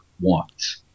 wants